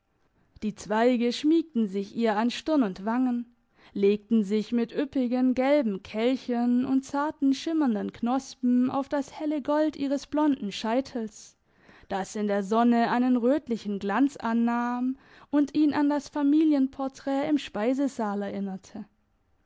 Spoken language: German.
die zweige schmiegten sich ihr an stirn und wangen legten sich mit üppigen gelben kelchen und zarten schimmernden knospen auf das helle gold ihres blonden scheitels das in der sonne einen rötlichen glanz annahm und ihn an das familienporträt im speisesaal erinnerte